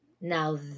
Now